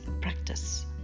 practice